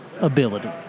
ability